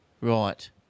right